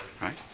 Right